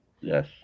Yes